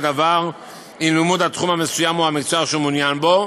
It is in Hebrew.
דבר עם לימוד התחום המסוים או המקצוע שהוא מעוניין בו.